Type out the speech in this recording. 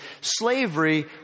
slavery